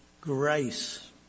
Grace